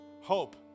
hope